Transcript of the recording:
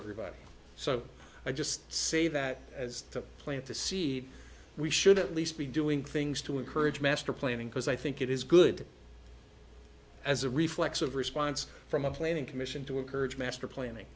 everybody so i just say that as to plant the seed we should at least be doing things to encourage master planning because i think it is good as a reflex of response from a planning commission to encourage master planning